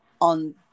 on